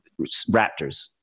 Raptors